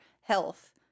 health